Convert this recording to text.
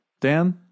Dan